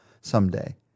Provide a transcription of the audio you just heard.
someday